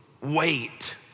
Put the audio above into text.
wait